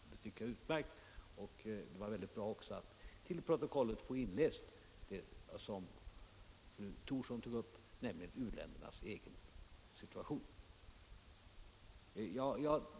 Det tycker jag är utmärkt. Det var också mycket bra att till protokollet få inläst vad fru Thorsson tog upp om u-ländernas egen reaktion.